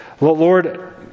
Lord